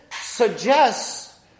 suggests